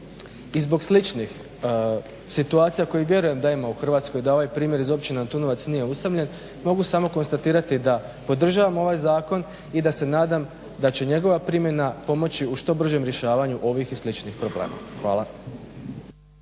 i zbog sličnih situacija kojih vjerujem da ima u Hrvatskoj i da ovaj primjer iz Općine Antunovac nije usamljen mogu samo konstatirati da podržavam ovaj zakon i da se nadam da će njegova primjena pomoći u što bržem rješavanju ovih i sličnih problema. Hvala.